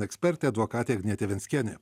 ekspertė advokatė agnietė venckienė